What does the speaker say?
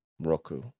Roku